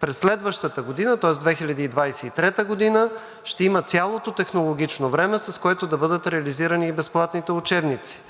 през следващата година, тоест през 2023 г., ще има цялото технологично време, с което да бъдат реализирани и безплатните учебници.